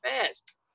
fast